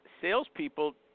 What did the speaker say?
salespeople